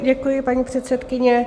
Děkuji, paní předsedkyně.